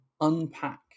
unpack